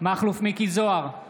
מכלוף מיקי זוהר,